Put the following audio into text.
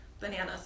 bananas